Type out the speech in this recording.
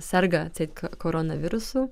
serga tik koronavirusu